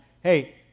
hey